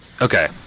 okay